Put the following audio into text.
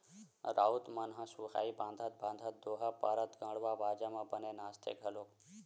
राउत मन ह सुहाई बंधात बंधात दोहा पारत गड़वा बाजा म बने नाचथे घलोक